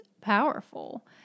powerful